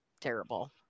terrible